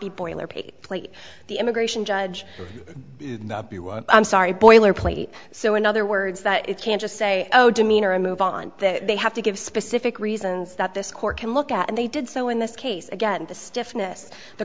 plait the immigration judge i'm sorry boilerplate so in other words that it can't just say oh demeanor and move on that they have to give specific reasons that this court can look at and they did so in this case again the stiffness the